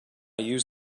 use